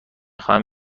خواهم